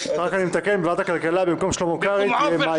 ועוד חבר, ש"ס